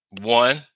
one